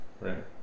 right